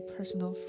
Personal